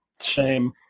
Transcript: shame